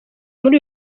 muri